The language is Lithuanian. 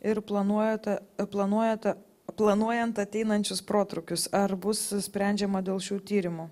ir planuojate planuojate planuojant ateinančius protrūkius ar bus sprendžiama dėl šių tyrimų